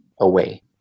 away